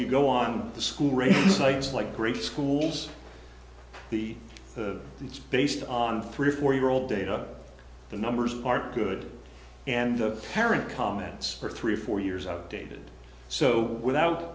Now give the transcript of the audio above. you go on the school run sites like great schools the it's based on three or four year old data the numbers are good and the parent comments are three or four years outdated so without